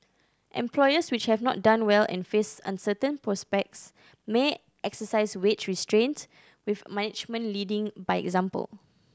employers which have not done well and face uncertain prospects may exercise wage restraint with management leading by example